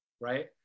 right